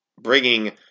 bringing –